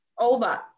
Over